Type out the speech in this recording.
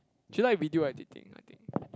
she like video editing i think